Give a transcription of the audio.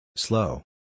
Slow